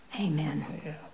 Amen